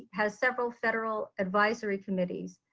has several federal advisory committees,